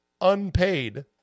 unpaid